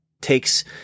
takes